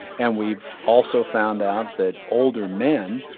and we've also found out that older men,